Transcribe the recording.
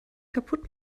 kaputt